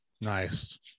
Nice